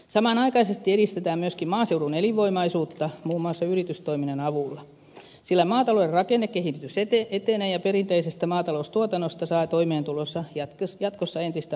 samanaikaisesti edistetään myöskin maaseudun elinvoimaisuutta muun muassa yritystoiminnan avulla sillä maatalouden rakennekehitys etenee ja perinteisestä maataloustuotannosta saa toimeentulonsa jatkossa entistä harvempi yrittäjä